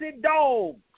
dogs